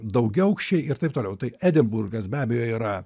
daugiaaukščiai ir taip tpliau tai edinburgas be abejo yra